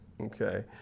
okay